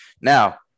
Now